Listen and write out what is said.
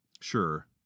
sure